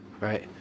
right